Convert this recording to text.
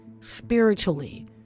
spiritually